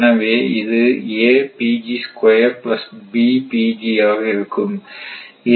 எனவே இதுஆக இருக்கும்